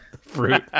fruit